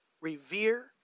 revere